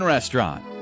restaurant